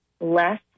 less